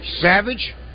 Savage